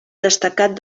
destacat